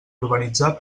urbanitzar